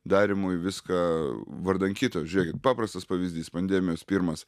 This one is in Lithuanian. darymui viską vardan kito žiūrėkit paprastas pavyzdys pandemijos pirmas